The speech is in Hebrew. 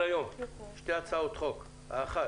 שתי הצעות חוק על סדר-היום: האחת